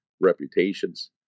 reputations